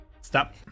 Stop